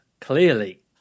clearly